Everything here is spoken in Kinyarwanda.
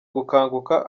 gukanguka